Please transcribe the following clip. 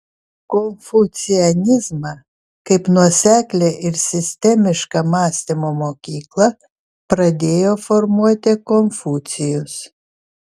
konfucianizmą kaip nuoseklią ir sistemišką mąstymo mokyklą pradėjo formuoti konfucijus